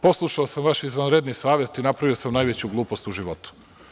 Poslušao sam vaš izvanredni savet i napravio sam najveću glupost u životu.